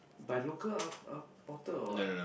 by local au~ au~ author or what